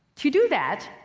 to do that,